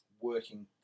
working